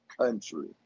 country